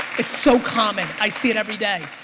it's so common. i see it every day.